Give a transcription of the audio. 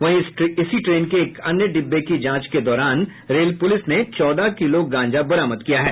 वहीं इसी ट्रेन के एक अन्य डिब्बे की जांच के दौरान रेल पुलिस ने चौदह किलो गांजा बरामद किया है